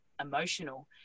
emotional